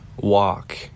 walk